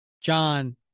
John